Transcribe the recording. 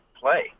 play